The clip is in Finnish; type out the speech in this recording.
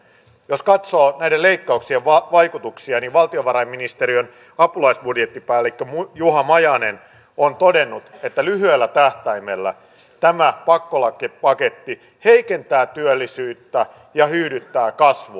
jos katsoo näiden leikkauksien vaikutuksia niin valtiovarainministeriön apulaisbudjettipäällikkö juha majanen on todennut että lyhyellä tähtäimellä tämä pakkolakipaketti heikentää työllisyyttä ja hyydyttää kasvua